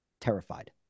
terrified